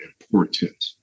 important